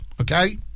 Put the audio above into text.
okay